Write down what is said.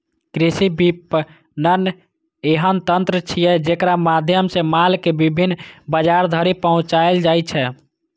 कृषि विपणन एहन तंत्र छियै, जेकरा माध्यम सं माल कें विभिन्न बाजार धरि पहुंचाएल जाइ छै